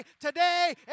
today